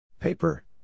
Paper